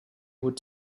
would